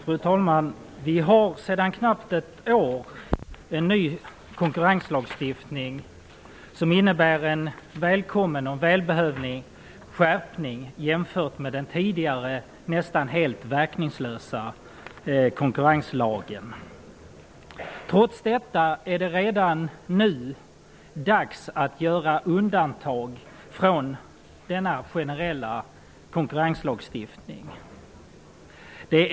Fru talman! Vi har sedan knappt ett år en ny konkurrenslagstiftning som innebär en välkommen och välbehövlig skärpning jämfört med den tidigare nästan helt verkningslösa konkurrenslagen. Trots detta är det redan nu dags att göra undantag från den generella konkurrenslagstiftningen.